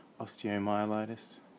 osteomyelitis